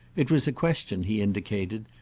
it was a question, he indicated,